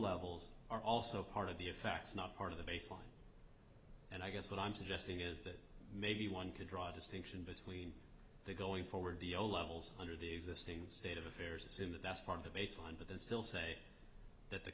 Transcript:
levels are also part of the effects not part of the baseline and i guess what i'm suggesting is that maybe one could draw a distinction between the going forward the old levels under the existing state of affairs assume that that's part of the baseline but then still say that the